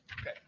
Okay